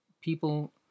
people